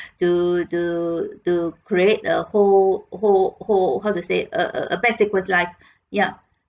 to to to create a whole whole whole how to say a a bad consequences like yup